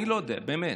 אני לא יודע, באמת,